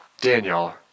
Daniel